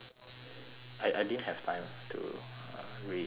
I I didn't have time to uh read ya